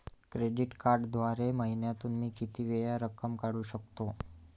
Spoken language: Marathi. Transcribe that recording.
क्रेडिट कार्डद्वारे महिन्यातून मी किती वेळा रक्कम काढू शकतो?